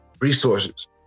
resources